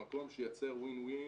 במקום שייצר win-win.